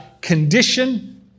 condition